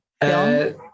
film